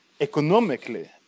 economically